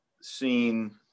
seen